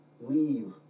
Leave